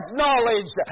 knowledge